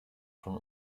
von